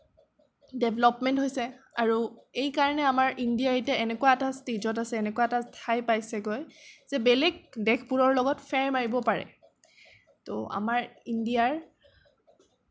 development হৈছে আৰু এইকাৰণে আমাৰ ইণ্ডিয়া এতিয়া এনেকুৱা এটা ষ্টেজত আছে এনেকুৱা এটা ঠাই পাইছেগৈ যে বেলেগ দেশবোৰৰ লগত ফেৰ মাৰিব পাৰে ত' আমাৰ ইণ্ডিয়াৰ